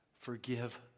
forgive